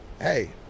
Hey